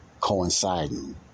coinciding